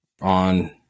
on –